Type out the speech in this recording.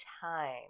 time